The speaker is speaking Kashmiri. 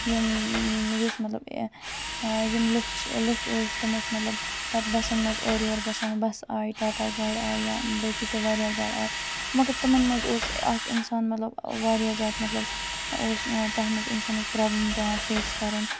یِم یُس مطلب یِم لُکھ چھِ لُکھ ٲسۍ تِم ٲسۍ مطلب پَتہٕ بَسَن مَنٛز اورٕ یورٕ گَژھان بَسہٕ آیہِ ٹاٹا گاڑِ آیہِ یا باقٕے تہِ واریاہ گاڑِ آیہِ مگر تِمَن مَنز اوس اَکھ اِنسان مطلب واریاہ زیادٕ مطلب اوس تَتھ مَنز اِنسانَس پرابلِم پیوان فیس کَرٕنۍ